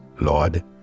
Lord